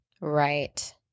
Right